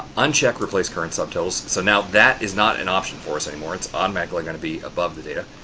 uncheck replace current subtotals. so, now, that is not an option for us anymore, it's automatically going to be above the data,